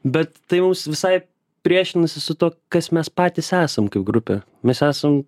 bet tai mums visai priešinasi su tuo kas mes patys esam kaip grupė mes esam